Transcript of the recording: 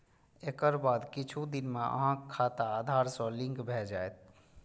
एकर बाद किछु दिन मे अहांक खाता आधार सं लिंक भए जायत